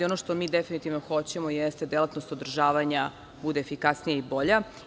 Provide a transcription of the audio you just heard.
Ono što mi definitivno hoćemo jeste delatnost održavanja bude efikasnija i bolja.